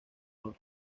honor